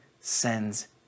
sends